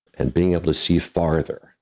and being able to see farther,